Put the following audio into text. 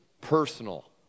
personal